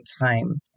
time